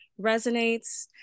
resonates